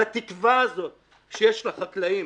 על התקווה הזאת שיש לחקלאים,